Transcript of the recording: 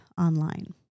online